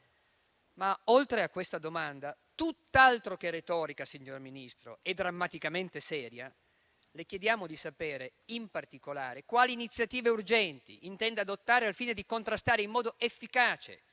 Ma, oltre a questa domanda, tutt'altro che retorica, signor Ministro, e drammaticamente seria, le chiediamo di sapere in particolare quali iniziative urgenti intenda adottare al fine di contrastare in modo efficace